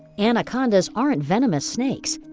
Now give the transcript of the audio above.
anacondas aren't venomous snakes.